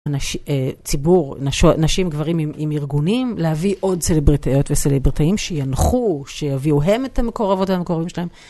ציבור, נשים, גברים עם ארגונים, להביא עוד סלבריטאיות וסלבריטאים שינחו, שיביאו הם את המקור עבודת המקורים שלהם.